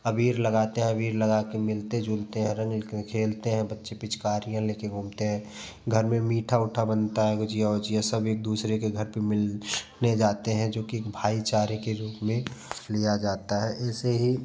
अबीर लगते हैं अबीर लगा के मिलते जुलते हैं रंग खेलते हैं बच्चे पिचकारियाँ लेके घूमते हैं घर में मीठा उठा बनता है गुजिया वुजिया सब एक दूसरे के घर पे मिलने जाते हैं जो कि भाईचारे के रूप में लिया जाता है ऐसे ही